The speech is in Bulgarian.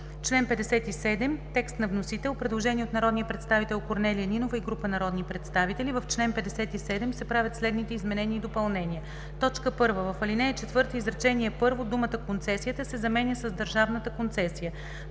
Член 57 – текст на вносител. Предложение от народния представител Корнелия Нинова и група народни представители: „В чл. 57 се правят следните изменения и допълнения: 1. в ал. 4, изречение първо думата „концесията“ се заменя с „държавната концесия“.